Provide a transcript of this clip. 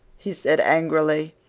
he said angrily,